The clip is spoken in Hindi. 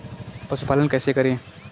पशुपालन कैसे करें?